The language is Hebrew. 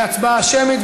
בהצבעה שמית.